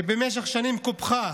שבמשך שנים קופחה